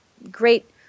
Great